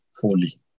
fully